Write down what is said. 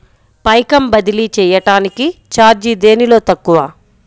పైకం బదిలీ చెయ్యటానికి చార్జీ దేనిలో తక్కువ?